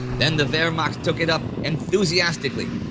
then the wehrmacht took it up enthusiastically.